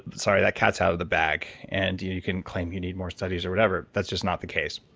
sorry, that cat's out of the bag, and you you can claim you need more studies or whatever. that's just not the case.